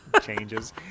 changes